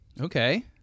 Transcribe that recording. Okay